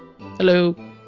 Hello